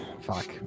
Fuck